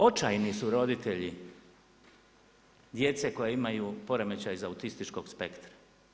Očajni su roditelji djece koje imaju poremećaje za autističkog spektra.